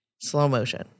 slow-motion